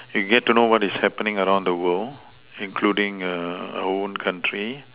I get to know what is happening around the world including your own country